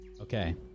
Okay